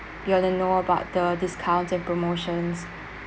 be on the know about the discounts and promotions